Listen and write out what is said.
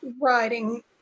writing